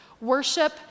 Worship